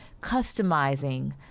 customizing